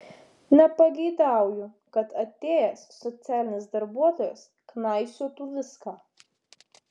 nepageidauju kad atėjęs socialinis darbuotojas knaisiotų viską